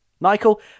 Michael